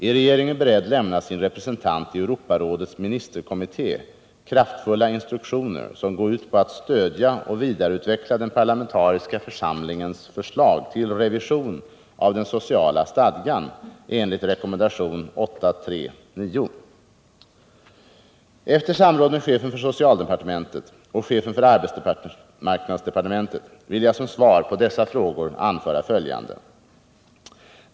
Är regeringen beredd lämna sin representant i Europarådets ministerkommitté kraftfulla instruktioner, som går ut på att stödja och vidareutveckla den parlamentariska församlingens förslag till revision av den sociala stadgan enligt rekommendation 839? Efter samråd med chefen för socialdepartementet och chefen för arbetsmarknadsdepartementet vill jag som svar på dessa frågor anföra följande.